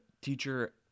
teacher